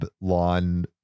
lawn